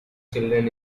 children